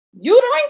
uterine